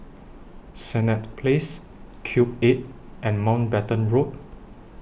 Senett Place Cube eight and Mountbatten Road